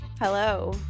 Hello